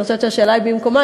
אני חושבת שהשאלה במקומה,